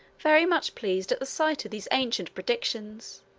very much pleased at the sight of these ancient predictions,